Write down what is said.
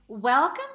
Welcome